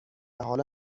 حالا